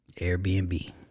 Airbnb